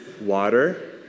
Water